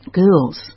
girls